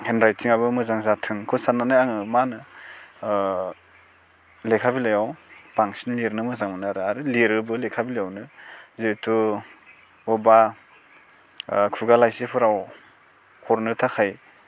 hand राइटिङाबो मोजां जाथोंखौ सानानै आङो मा होनो लेखा बिलाइआव बांसिन लिरनो मोजां मोनो आरो आरो लिरोबो लेखा बिलाइआवनो जिहेथु बबेबा खुगा लाइसिफोराव हरनो थाखाय